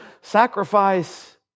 Sacrifice